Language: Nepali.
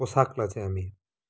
पोसाकलाई चाहिँ हामी